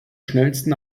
schnellsten